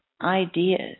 ideas